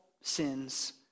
sins